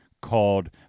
called